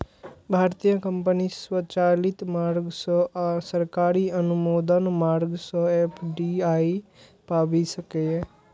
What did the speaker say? भारतीय कंपनी स्वचालित मार्ग सं आ सरकारी अनुमोदन मार्ग सं एफ.डी.आई पाबि सकैए